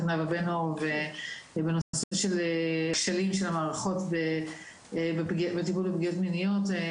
נאוה בן-אור שדנה בנושא הכשלים של המערכות בטיפול בפגיעות מיניות.